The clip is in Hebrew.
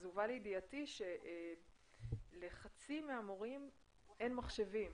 הובא לידיעתי שלחצי מהמורים אין מחשבים.